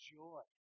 joy